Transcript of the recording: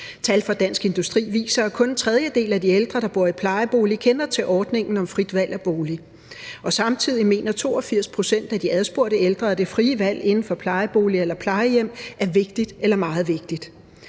Tal fra Dansk Industri viser, at kun en tredjedel af de ældre, der bor i plejebolig, kender til ordningen om frit valg af bolig, og samtidig mener 82 pct. af de adspurgte ældre, at det frie valg inden for plejebolig eller plejehjem er vigtigt eller meget vigtigt.